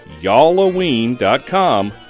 yalloween.com